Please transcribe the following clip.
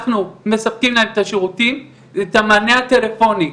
אנחנו מספקים להם את השירותים, את המענה הטלפוני.